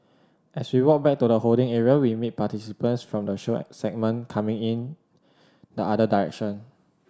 as we walk back to the holding area we meet participants from the show segment coming in the other direction